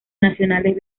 nacionales